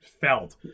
felt